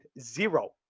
zero